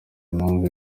impamvu